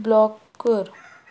block कर